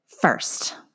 first